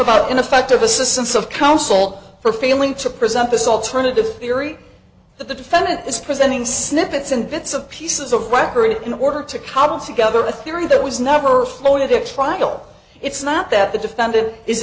about ineffective assistance of counsel for failing to present this alternative theory that the defendant is presenting snippets and bits and pieces of record in order to cobble together the theory that was never flown to the trial it's not that the defendant is